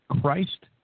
Christ